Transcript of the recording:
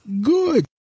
Good